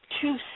two